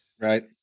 Right